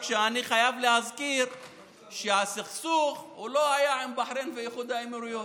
רק שאני חייב להזכיר שהסכסוך לא היה עם בחריין ואיחוד האמירויות,